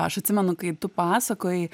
aš atsimenu kai tu pasakojai